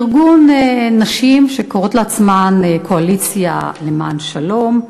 ארגון נשים שקוראות לעצמן "קואליציית נשים לשלום"